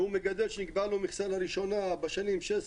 "הוא מגדל שנקבעה לו מכסה לראשונה בשנים 2016